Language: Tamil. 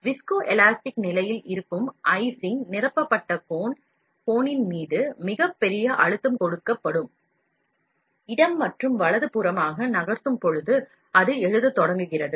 பாகுநிலை மீள்தன்மை நிலையில் இருக்கும் ice ஆல் நிரப்பப்பட்ட cone இன் மீது மிக சிறிய அழுத்தம் கொடுக்கப்பட்டு இடம் மற்றும் வலது புறமாக நகர்த்தும் பொழுது அது எழுத தொடங்குகிறது